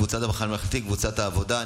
קבוצת סיעת המחנה הממלכתי וקבוצת סיעת העבודה.